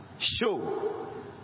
show